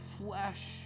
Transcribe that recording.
flesh